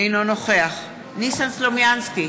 אינו נוכח ניסן סלומינסקי,